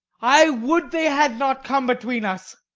i would they had not come between us.